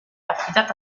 affidata